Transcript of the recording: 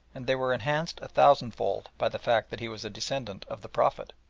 and they were enhanced a thousandfold by the fact that he was a descendant of the prophet.